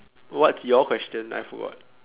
what's your question I forgot